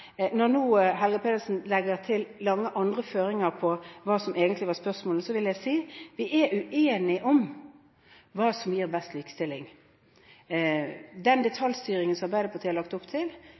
Når nå Helga Pedersen legger til andre føringer for hva som egentlig er spørsmålet, vil jeg si: Vi er uenige om hva som gir best likestilling, med tanke på den detaljstyringen som Arbeiderpartiet har lagt opp til.